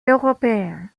européen